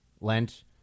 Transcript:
Lent